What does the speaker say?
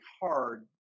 hard